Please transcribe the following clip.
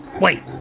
Wait